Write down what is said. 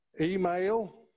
email